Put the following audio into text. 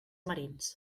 marins